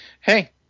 Hey